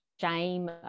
shame